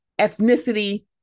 ethnicity